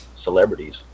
celebrities